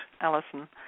Alison